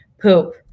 poop